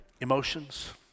emotions